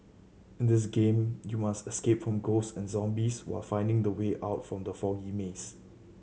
in this game you must escape from ghost and zombies while finding the way out from the foggy maze